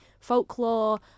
folklore